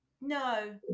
No